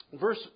Verse